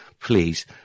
please